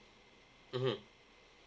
mmhmm